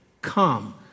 come